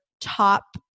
top